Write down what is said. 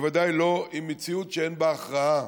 בוודאי לא במציאות שאין בה הכרעה.